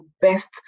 best